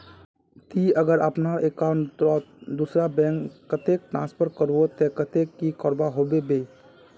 ती अगर अपना अकाउंट तोत दूसरा बैंक कतेक ट्रांसफर करबो ते कतेक की करवा होबे बे?